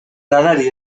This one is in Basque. lanari